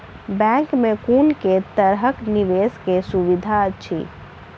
Bank मे कुन केँ तरहक निवेश कऽ सुविधा अछि?